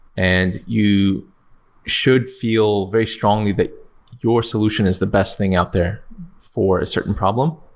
and you should feel very strongly that your solution is the best thing out there for a certain problem.